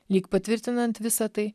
lyg patvirtinant visa tai